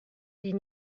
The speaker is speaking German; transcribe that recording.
die